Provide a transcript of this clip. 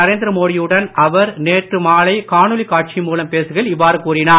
நரேந்திர மோடி யுடன் அவர் நேற்று மாலை காணொலி காட்சி மூலம் பேசுயில் இவ்வாறு கூறினார்